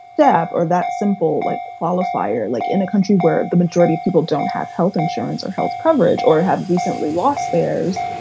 step or that simple like qualifier, like in a country where the majority of people don't have health insurance or health coverage or have recently lost theirs,